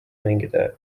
mängida